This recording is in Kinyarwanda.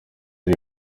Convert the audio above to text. ari